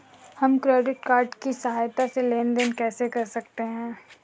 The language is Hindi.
हम क्रेडिट कार्ड की सहायता से लेन देन कैसे कर सकते हैं?